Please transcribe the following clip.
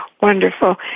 wonderful